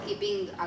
keeping